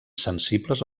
sensibles